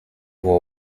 war